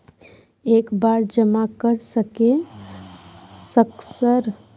एक बार जमा कर सके सक सर?